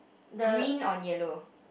green on yellow